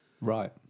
Right